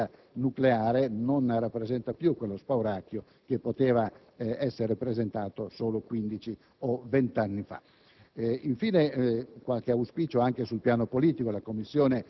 passi da gigante e oggi produrre energia nucleare non rappresenta più quello spauracchio che poteva essere presentato solo quindici o venti anni fa.